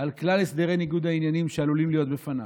על כלל הסדרי ניגוד העניינים שעלולים להיות בפניו.